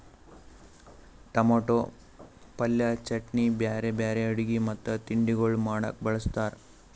tomato ಪಲ್ಯ, ಚಟ್ನಿ, ಬ್ಯಾರೆ ಬ್ಯಾರೆ ಅಡುಗಿ ಮತ್ತ ತಿಂಡಿಗೊಳ್ ಮಾಡಾಗ್ ಬಳ್ಸತಾರ್